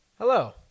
Hello